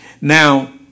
Now